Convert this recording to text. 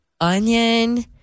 onion